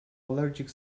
allergic